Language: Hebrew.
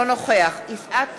אינו נוכח יפעת